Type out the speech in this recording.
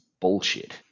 bullshit